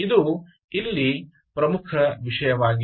ಇದು ಇಲ್ಲಿ ಪ್ರಮುಖ ವಿಷಯವಾಗಿದೆ